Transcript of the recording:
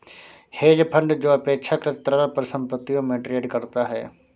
hedge fund जो अपेक्षाकृत तरल परिसंपत्तियों में ट्रेड करता है